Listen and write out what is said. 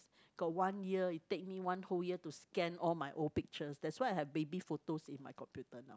got one year it take me one whole year to scan all my old pictures that's why I have baby photos in my computer now